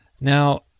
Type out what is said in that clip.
Now